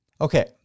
Okay